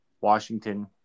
Washington